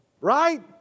right